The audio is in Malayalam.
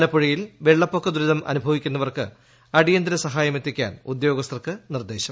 ആലപ്പുഴയിൽ ഉവിള്ളപ്പൊക്ക ദുരിതം അനുഭവിക്കുന്നവർക്ക് അടിയന്തര സഹായം എത്തിക്കാൻ ഉദ്യോഗസ്ഥർക്ക് നിർദ്ദേശം